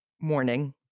morning